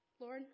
Lord